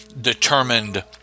determined